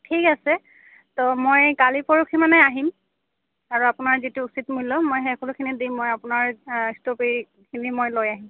ঠিক আছে তো মই কালি পৰহি মানে আহিম আৰু আপোনাৰ যিটো উচিত মূল্য মই সেই সকলোখিনি দিম মই আপোনাৰ আ ষ্ট্ৰবেৰীখিনি মই লৈ আহিম